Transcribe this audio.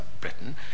Britain